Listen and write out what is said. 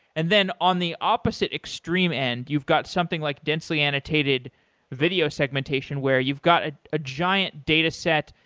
and then on the opposite extreme end, you've got something like densely annotated video segmentation where you've got a ah giant dataset,